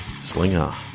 Slinger